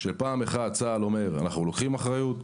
פעם אחת צה"ל אומר: אנחנו לוקחים אחריות,